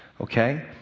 okay